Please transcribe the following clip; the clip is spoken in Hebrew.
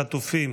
חטופים